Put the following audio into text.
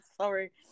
sorry